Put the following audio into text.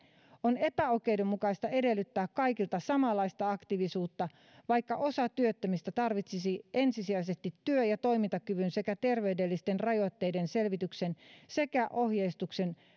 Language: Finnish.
on epäoikeudenmukaista edellyttää kaikilta samanlaista aktiivisuutta vaikka osa työttömistä tarvitsisi ensisijaisesti työ ja toimintakyvyn sekä terveydellisten rajoitteiden selvityksen sekä ohjauksen